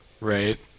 Right